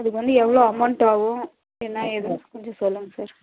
அதுக்கு வந்து எவ்வளோ அமௌண்ட் ஆகும் என்னா ஏதுன்னு கொஞ்சம் சொல்லுங்கள் சார்